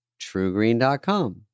TrueGreen.com